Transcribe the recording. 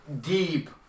deep